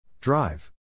Drive